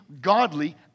godly